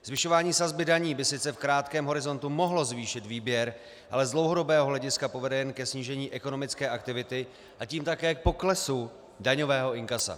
Zvyšování sazby daní by sice v krátkém horizontu mohlo zvýšit výběr, ale z dlouhodobého hlediska povede jen ke snížení ekonomické aktivity, a tím také k poklesu daňového inkasa.